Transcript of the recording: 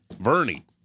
Vernie